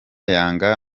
yanga